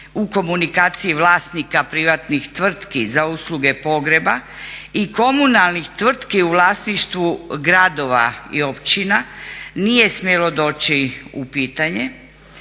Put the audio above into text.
u komunikaciji vlasnika privatnih tvrtki za usluge pogreba i komunalnih tvrtki u vlasništvu gradova i općina nije smjelo doći u pitanje